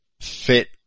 fit